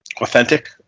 authentic